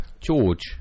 George